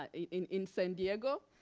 ah in in san diego.